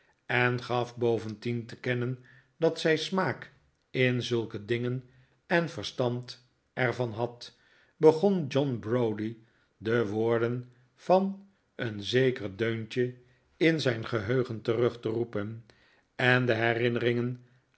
en gaf bovendien te kennen dat zij smaak in zulke dingen en verstand er van had begon john browdie de woorden van een zeker deuntje in zijn geheugen terug te roepen en de herinneringen